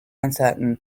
uncertain